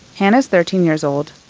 hana's thirteen years old.